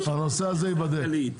הנושא הזה ייבדק.